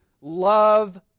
Love